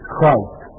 Christ